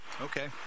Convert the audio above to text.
Okay